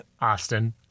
Austin